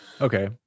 okay